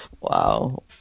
wow